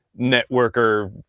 networker